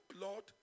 Lord